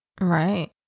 Right